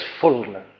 fullness